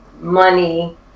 money